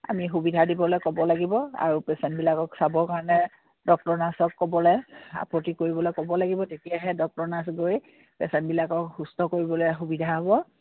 আমি সুবিধা দিবলৈ ক'ব লাগিব আৰু পেচেণ্টবিলাকক চাবৰ কাৰণে ডক্টৰ নাৰ্ছক ক'বলৈ আপত্তি কৰিবলৈ ক'ব লাগিব তেতিয়াহে ডক্টৰ নাৰ্ছ গৈ পেচেণ্টবিলাকক সুস্থ কৰিবলৈ সুবিধা হ'ব